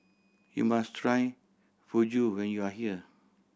you must try Fugu when you are here